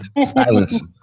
silence